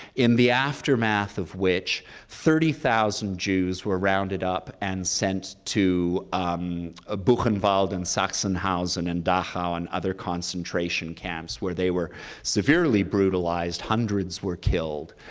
in the aftermath of which thirty thousand jews were rounded up and sent to um ah buchenwald, and sachsenhausen, and dachau, and other concentration camps where they were severely brutalized. hundreds were killed,